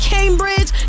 Cambridge